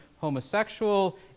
homosexual